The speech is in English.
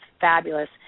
fabulous